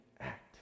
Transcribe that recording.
act